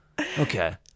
okay